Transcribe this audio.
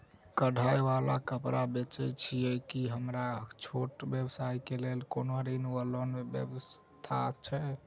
कढ़ाई वला कापड़ बेचै छीयै की हमरा छोट व्यवसाय केँ लेल कोनो ऋण वा लोन व्यवस्था छै?